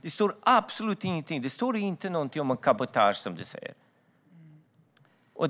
Det står ingenting om cabotage.